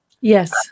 Yes